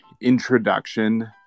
introduction